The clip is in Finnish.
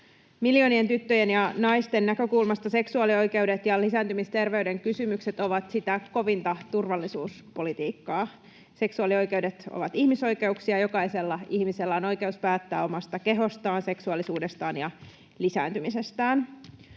Miljoonien tyttöjen ja naisten näkökulmasta seksuaalioikeudet ja lisääntymisterveyden kysymykset ovat sitä kovinta turvallisuuspolitiikkaa. Seksuaalioikeudet ovat ihmisoikeuksia. Jokaisella ihmisellä on oikeus päättää omasta kehostaan, seksuaalisuudestaan ja lisääntymisestään.